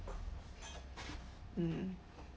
mm